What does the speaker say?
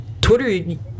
Twitter